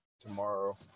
tomorrow